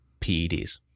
PEDs